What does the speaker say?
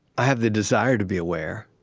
i have the desire to be aware